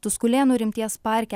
tuskulėnų rimties parke